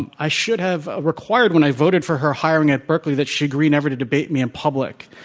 and i should have ah required when i voted for her hiring at berkeley that she agree never to debate me in public.